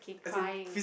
okay crying